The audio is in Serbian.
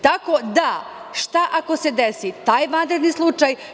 Tako da, šta ako se desi taj vanredni slučaj?